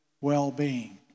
well-being